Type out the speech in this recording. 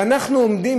אנחנו עומדים,